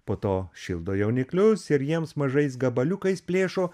po to šildo jauniklius ir jiems mažais gabaliukais plėšo